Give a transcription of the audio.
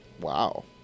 Wow